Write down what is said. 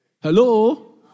Hello